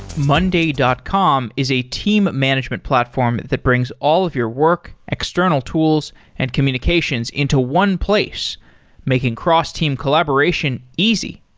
monday dot com is a team management platform that brings all of your work, external tools and communications into one place making cross-team collaboration easy.